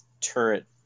turret